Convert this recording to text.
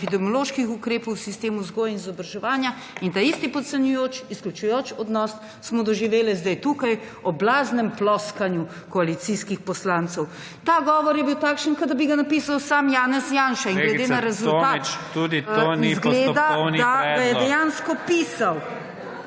epidemioloških ukrepov v sistemu vzgoje in izobraževanja. Ta isti podcenjujoči, izključujoči odnos smo doživeli zdaj tukaj ob blaznem ploskanju koalicijskih poslancev. Ta govor je bil takšen, kot da bi ga napisal sam Janez Janša. In glede na rezultat izgleda, da ga je dejansko pisal